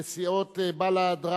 ולסיעות בל"ד,